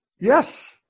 Yes